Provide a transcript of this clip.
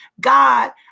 God